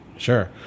Sure